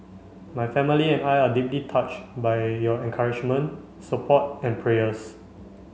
my family and I are deeply touched by your encouragement support and prayers